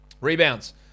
Rebounds